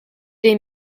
des